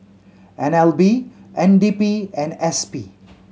N L B N D P and S P